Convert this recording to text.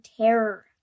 terror